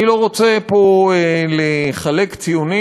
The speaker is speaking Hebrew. אני לא רוצה פה לחלק את הציונים,